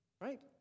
right